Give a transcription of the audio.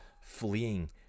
fleeing